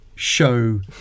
show